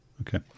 Okay